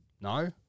No